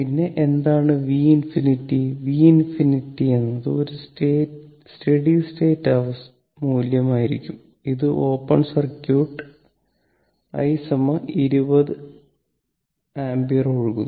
പിന്നെ എന്താണ് V∞ V∞ എന്നത് ഒരു സ്റ്റഡി സ്റ്റേറ്റ് മൂല്യം ആയിരിക്കും ഇത് ഓപ്പൺ സർക്യൂട്ട് i 20 A ഒഴുകുന്നു